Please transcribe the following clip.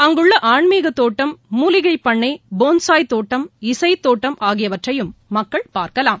அங்குள்ள ஆன்மீக தோட்டம் மூலிகை பண்ணை போன்சாய் தோட்டம் இசைத் தோட்டம் ஆகியவற்றையும் மக்கள் பார்க்கலாம்